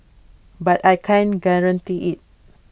but I can't guarantee IT